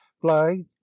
flag